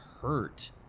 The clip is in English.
hurt